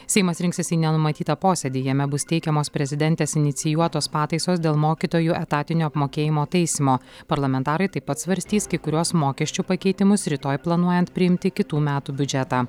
seimas rinksis į nenumatytą posėdį jame bus teikiamos prezidentės inicijuotos pataisos dėl mokytojų etatinio apmokėjimo taisymo parlamentarai taip pat svarstys kai kuriuos mokesčių pakeitimus rytoj planuojant priimti kitų metų biudžetą